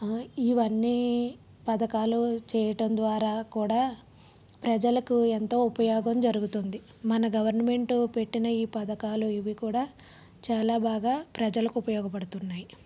ఇవన్నీ పథకాలు చేయటం ద్వారా కూడా ప్రజలకు ఎంతో ఉపయోగం జరుగుతుంది మన గవర్నమెంట్ పెట్టిన ఈ పథకాలు ఇవి కూడా చాలా బాగా ప్రజలకు ఉపయోగపడుతున్నాయి